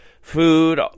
food